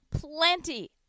plenty